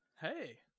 Hey